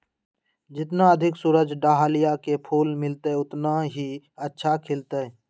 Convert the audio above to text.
जितना अधिक सूरज डाहलिया के फूल मिलतय, उतना ही अच्छा खिलतय